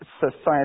society